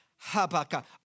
Habakkuk